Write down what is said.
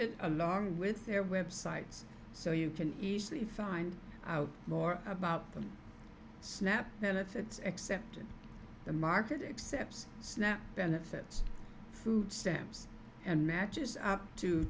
d along with their websites so you can easily find out more about them snap benefits accepting the market except snap benefits food stamps and matches up to